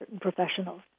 professionals